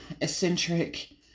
eccentric